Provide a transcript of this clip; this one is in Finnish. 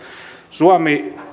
suomi